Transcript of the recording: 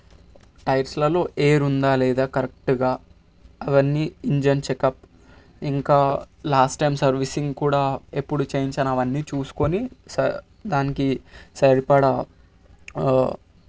టైర్స్లలో air ఉందా లేదా కరెక్ట్గా అవన్నీ ఇంజన్ చెకప్ ఇంకా లాస్ట్ టైం సర్వీసింగ్ కూడా ఎప్పుడు చేయించాను అవన్నీ చూసుకొని దానికి సరిపడా